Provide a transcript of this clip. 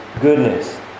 goodness